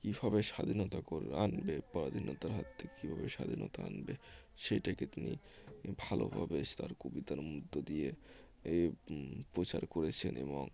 কীভাবে স্বাধীনতা কোর আনবে পরাধীনতার হাত থেকে কীভাবে স্বাধীনতা আনবে সেইটাকে তিনি ভালোভাবে তার কবিতার মধ্য দিয়ে এ প্রচার করেছেন এবং